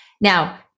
Now